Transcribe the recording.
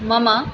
मम